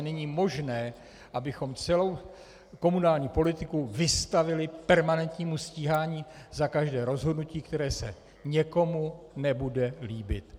Není možné, abychom celou komunální politiku vystavili permanentnímu stíhání za každé rozhodnutí, které se někomu nebude líbit.